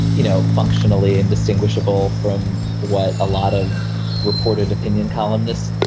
you know, functionally indistinguishable from what a lot of reported opinion columnists.